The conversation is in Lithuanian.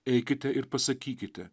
eikite ir pasakykite